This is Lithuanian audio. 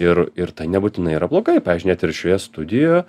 ir ir tai nebūtinai yra blogai pavyzdžiui net ir šioje studijoje